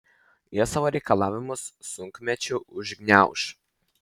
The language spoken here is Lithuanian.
jie savo reikalavimus sunkmečiu užgniauš